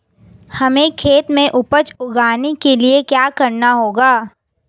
हमें खेत में उपज उगाने के लिये क्या करना होगा?